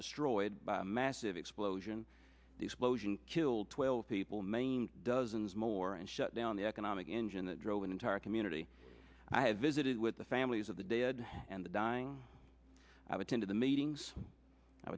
destroyed by a massive explosion the explosion killed twelve people main dozens more and shut down the economic engine that drove an entire community i have visited with the families of the dead and the dying i would turn to the meetings